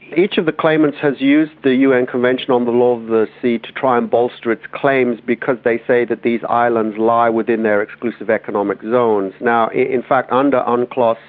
each of the claimants has used the un convention on the law of the sea to try and bolster its claims because they say that these islands lie within their exclusive economic zones. now, in fact, under unclos,